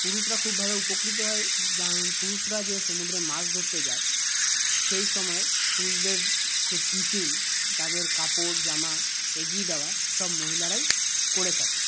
পুরুষরা খুবভাবে উপকৃত হয় পুরুষরা যে সমুদ্রে মাছ ধরতে যায় সেই সময় পুরুষদের যে টিফিন তাদের কাপড় জামা এগিয়ে দেওয়া সব মহিলারাই করে থাকেন